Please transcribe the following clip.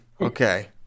Okay